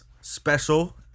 special